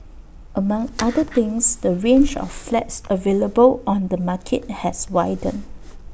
among other things the range of flats available on the market has widened